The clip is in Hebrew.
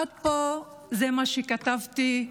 עד פה זה מה שכתבתי מליבי.